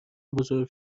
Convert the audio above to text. بزرگ